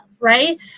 right